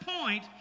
point